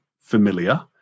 familiar